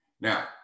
Now